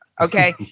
Okay